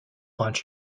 haunt